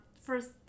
first